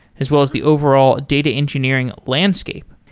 as well as the overall data engineering landscape.